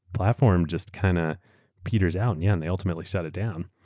platform just kind of peters out, yeah, and they ultimately shut it down.